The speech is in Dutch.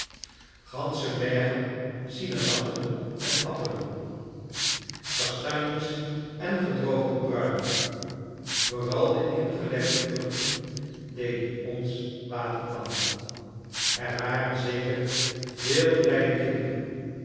gansche bergen sinaasappelen en appelen kastanjes en gedroogde pruimen vooral de ingelegde vruchten deden ons watertanden er waren zeker veel blijde kinderen